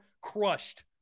crushed